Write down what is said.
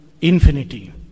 infinity